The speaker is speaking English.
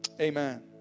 Amen